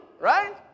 Right